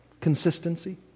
Consistency